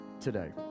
Today